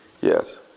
Yes